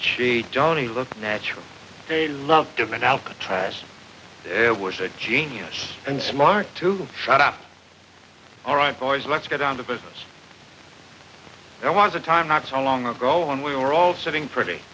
chief johnny looked natural they loved him and alcatraz there was a genius and smart to shut up all right boys let's get down to business there was a time not so long ago when we were all sitting pretty